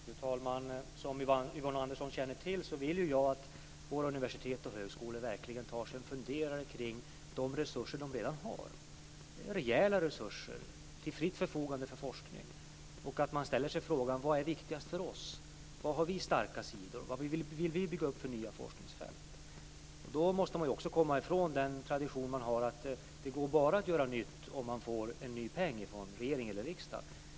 Fru talman! Som Yvonne Andersson känner till vill ju jag att våra universitet och högskolor verkligen tar sig en funderare på de resurser som de redan har. Det rör sig om rejäla resurser till fritt förfogande för forskning. Man bör också ställa sig frågan: Vad är viktigast för oss? Vilka är våra starka sidor? Vad vill vi bygga upp för nya forskningsfält? Då måste man också komma ifrån traditionen att det bara går att skapa nytt om man får en ny peng från regering eller riksdag.